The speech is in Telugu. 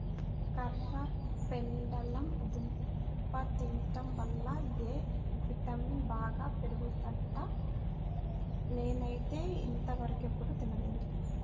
కర్రపెండలం దుంప తింటం వల్ల ఎ విటమిన్ బాగా పెరుగుద్దంట, నేనైతే ఇంతవరకెప్పుడు తినలేదు